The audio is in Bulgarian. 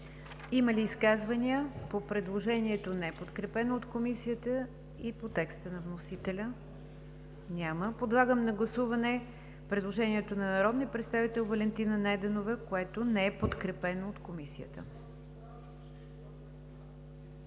Има ли изказвания по предложението, неподкрепено от Комисията, и по текста на вносителя? Няма. Подлагам на гласуване предложението на народния представител Валентина Найденова, което не е подкрепено от Комисията.